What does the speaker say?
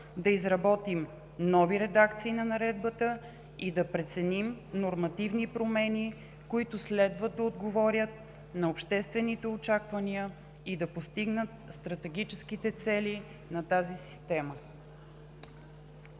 да изработим нови редакции на наредбата и да преценим нормативни промени, които следва да отговорят на обществените очаквания и да постигнат стратегическите цели на тази система.